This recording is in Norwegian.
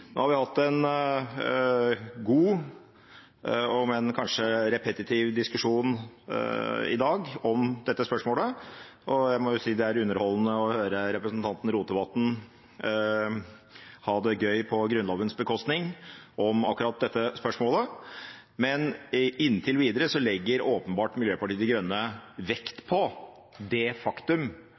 Nå har vi hatt en god – om enn kanskje repetitiv – diskusjon i dag om dette spørsmålet, og jeg må jo si at det er underholdende å høre representanten Rotevatn ha det gøy på Grunnlovens bekostning om akkurat dette spørsmålet. Men inntil videre legger åpenbart Miljøpartiet De Grønne vekt på det faktum